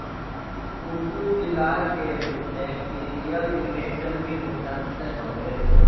कुकूर बिलार के बैक्टीरियल इन्फेक्शन भी हो जात हवे